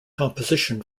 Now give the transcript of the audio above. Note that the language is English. composition